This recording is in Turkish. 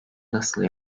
nasıl